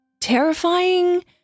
terrifying